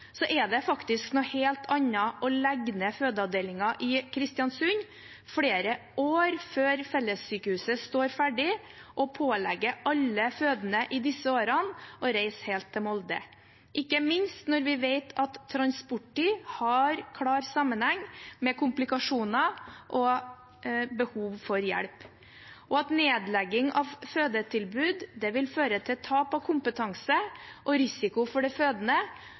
er det faktisk noe helt annet å legge ned fødeavdelingen i Kristiansund flere år før fellessykehuset står ferdig, og å pålegge alle fødende i disse årene å reise helt til Molde, ikke minst når vi vet at transporttid har klar sammenheng med komplikasjoner og behov for hjelp. Nedlegging av fødetilbud vil føre til tap av kompetanse og risiko for den fødende,